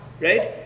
right